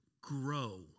grow